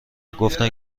گفتن